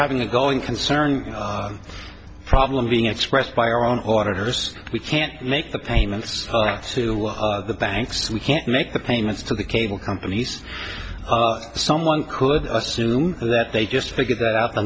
having a going concern problem being expressed by our own orders we can't make the payments to the banks we can't make the payments to the cable companies someone could assume that they just figured that out the